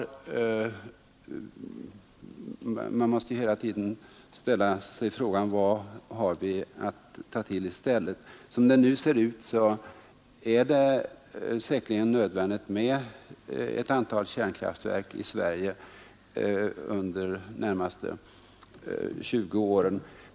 Man måste ju hela tiden ställa frågan: Vad har vi att ta till i stället? Som det nu ser ut är det säkerligen nödvändigt med ett antal kärnkraftverk i Sverige under de närmaste 20 åren.